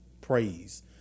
praise